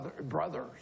brothers